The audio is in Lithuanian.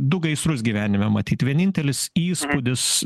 du gaisrus gyvenime matyt vienintelis įspūdis